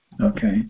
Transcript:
okay